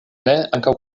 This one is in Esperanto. ankaŭ